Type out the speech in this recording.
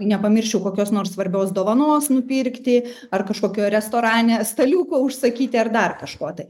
nepamirščiau kokios nors svarbios dovanos nupirkti ar kažkokio restorane staliuko užsakyti ar dar kažko tai